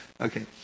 Okay